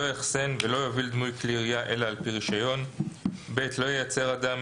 לא יאחסן ולא יוביל דמוי כלי ירייה אלא על פי רישיון (ב)לא ייצר אדם,